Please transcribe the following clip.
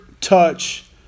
touch